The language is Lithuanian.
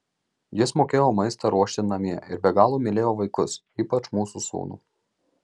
jis mokėjo maistą ruošti namie ir be galo mylėjo vaikus ypač mūsų sūnų